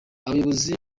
abayobozi